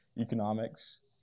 economics